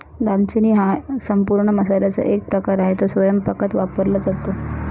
दालचिनी हा संपूर्ण मसाल्याचा एक प्रकार आहे, तो स्वयंपाकात वापरला जातो